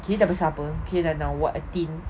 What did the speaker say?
okay aku dah besar [pe] okay like now what eighteen